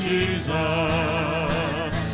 Jesus